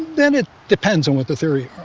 then it depends on what the theory,